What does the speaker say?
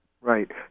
Right